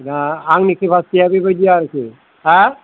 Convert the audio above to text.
दा आंनि केपासिटीया बेबादि आरोखि हा